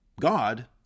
God